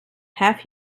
half